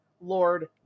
Lord